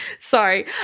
sorry